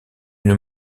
une